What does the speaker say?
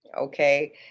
Okay